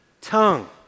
tongue